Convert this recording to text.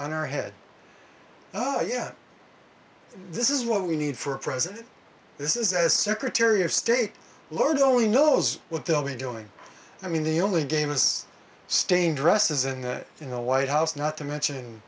on our head oh yeah this is what we need for a president this is a secretary of state lord only knows what they'll be doing i mean the only game is staying dresses and that in the white house not to mention